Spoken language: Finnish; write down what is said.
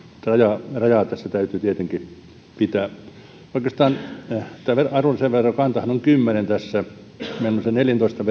rajaa rajaa tässä täytyy tietenkin pitää tämä arvonlisäverokantahan on kymmenessä tässä meillä on se neljäntoista